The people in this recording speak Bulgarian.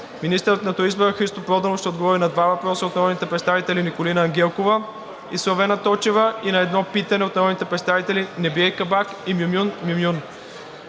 Министърът на туризма Христо Проданов ще отговори на два въпроса от народните представители Николина Ангелкова; и Славена Точева; и на едно питане от народните представители Небие Кабак и Мюмюн Мюмюн.